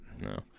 No